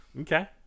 Okay